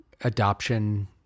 adoption